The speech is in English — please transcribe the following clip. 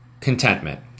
contentment